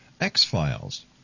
X-Files